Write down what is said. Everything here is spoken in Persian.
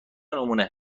نمونهمن